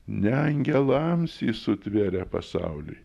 ne angelams jis sutvėrė pasaulį